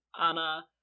Anna